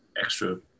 extra